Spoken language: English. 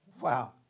wow